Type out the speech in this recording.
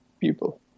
people